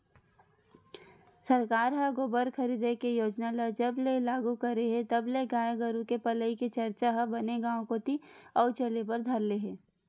सरकार ह गोबर खरीदे के योजना ल जब ले लागू करे हे तब ले गाय गरु के पलई के चरचा ह बने गांव कोती अउ चले बर धर ले हे